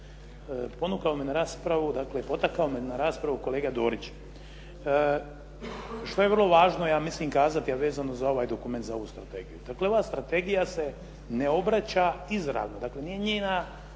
potakao me na raspravu kolega Dorić. Što je vrlo važno ja mislim kazati, a vezano za ovaj dokument, za ovu strategiju. Dakle ova strategija se ne obraća izravno, dakle nije njena